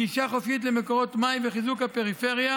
גישה חופשית למקורות מים וחיזוק הפריפריה